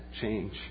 change